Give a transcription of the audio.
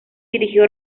dirigió